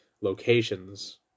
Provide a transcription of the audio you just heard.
locations